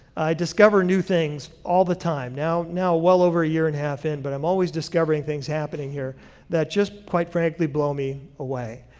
i discover new things all the time, now now well over a year and a half in, but i'm always discovering things happening here that just quite frankly blow me away.